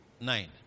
nine